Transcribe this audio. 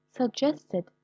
suggested